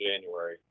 January